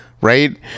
right